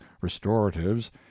restoratives